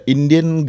Indian